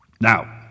Now